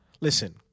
Listen